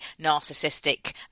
narcissistic